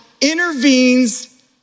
intervenes